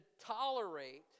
tolerate